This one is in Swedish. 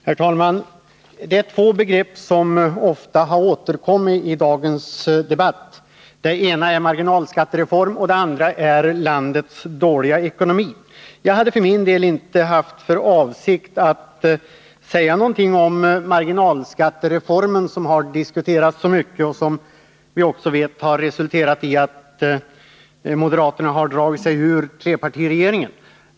Herr talman! Det är två begrepp som ofta återkommit i dagens debatt. Det ena är marginalskattereformen, och det andra gäller landets dåliga ekonomi. Jag hade för min del inte för avsikt att säga någonting om marginalskattereformen, som har diskuterats så mycket och som vi också vet har resulterat i att moderaterna har dragit sig ur trepartiregeringen.